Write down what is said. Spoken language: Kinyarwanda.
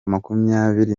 makumyabiri